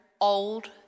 old